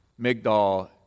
Migdal